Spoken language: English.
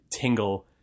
Tingle